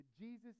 Jesus